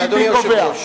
מי קובע.